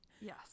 Yes